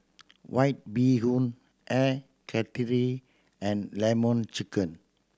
White Bee Hoon Air Karthira and Lemon Chicken